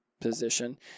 position